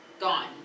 gone